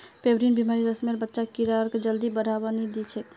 pebrine बीमारी रेशमेर बच्चा कीड़ाक जल्दी बढ़वा नी दिछेक